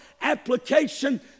application